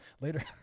later